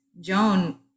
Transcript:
Joan